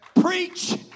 preach